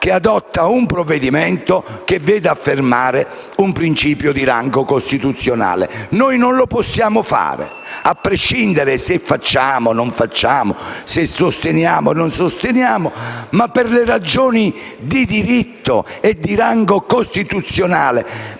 che adotta un provvedimento che vede affermare un principio di rango costituzionale. Non lo possiamo fare, a prescindere se facciamo o non facciamo, sosteniamo o no. Per le ragioni di diritto e di rango costituzionale,